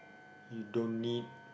you don't need